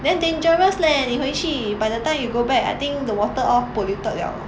then dangerous leh 你回去 by the time you go back I think the water all polluted liao